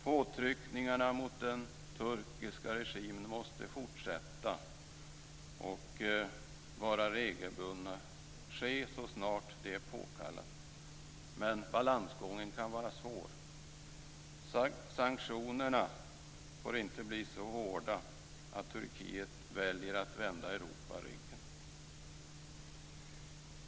Påtryckningarna mot den turkiska regimen måste fortsätta och vara regelbundna och ske så snart det är påkallat. Men balansgången kan vara svår. Sanktionerna får inte bli så hårda att Turkiet väljer att vända Europa ryggen.